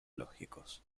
lógicos